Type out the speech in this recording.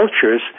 cultures